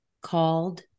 called